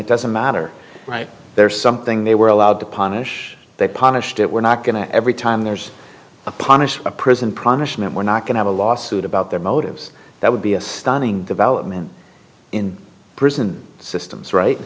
it doesn't matter right there something they were allowed to punish they punished it we're not going to every time there's a punish a person prominent we're not going to lawsuit about their motives that would be a stunning development in prison systems right